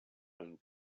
and